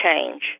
change